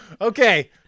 Okay